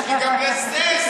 יש לי גם לזה הסבר.